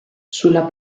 sulla